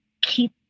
keep